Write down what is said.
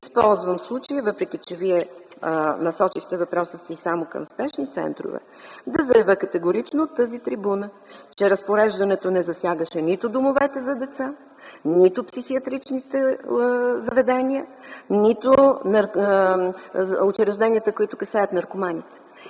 Използвам случая, въпреки че Вие насочихте въпроса си само към спешните центрове, да заявя категорично от тази трибуна, че разпореждането не засягаше нито домовете за деца, нито психиатричните заведения, нито учрежденията, които касаят наркоманите.